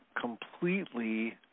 completely